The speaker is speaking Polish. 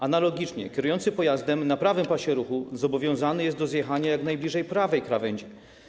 Analogicznie kierujący pojazdem na prawym pasie ruchu zobowiązany jest do zjechania jak najbliżej prawej krawędzi.